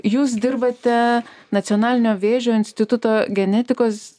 jūs dirbate nacionalinio vėžio instituto genetikos